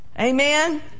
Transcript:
Amen